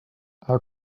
our